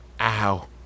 Ow